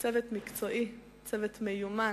צוות מקצועי, צוות מיומן,